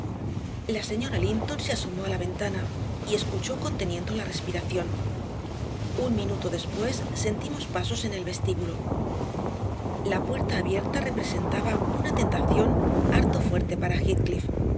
la señora linton se asomó a la ventana y escuchó conteniendo la respiración un minuto después sentimos pasos en el vestíbulo la puerta abierta representaba una tentación harto fuerte para